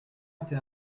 était